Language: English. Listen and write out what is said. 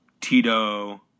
Tito